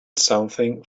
something